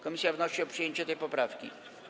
Komisja wnosi o przyjęcie tej poprawki.